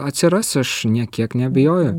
atsiras aš nė kiek neabejoju